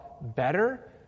better